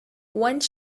one